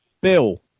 Bill